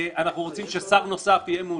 אנחנו רוצים ששר נוסף יהיה.